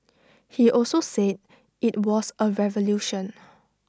he also said IT was A revolution